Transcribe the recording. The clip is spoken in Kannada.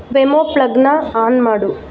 ವೆಮೋ ಪ್ಲಗ್ಗನ್ನ ಆನ್ ಮಾಡು